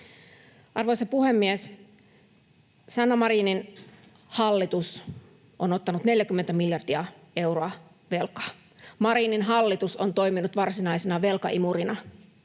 Arvoisa puhemies! Sanna Marinin hallitus on ottanut 40 miljardia euroa velkaa. Marinin hallitus on toiminut varsinaisena velkaimurina.